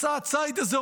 מסע הציד הזה,